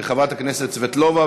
חברת הכנסת סבטלובה,